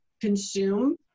consume